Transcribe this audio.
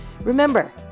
remember